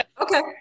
Okay